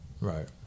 Right